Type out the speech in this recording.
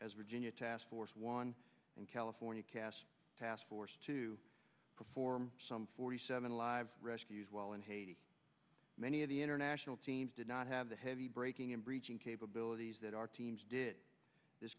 regina task force one in california cass task force to perform some forty seven live rescues while in haiti many of the international teams did not have the heavy braking and breaching capabilities that our teams did this